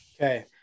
okay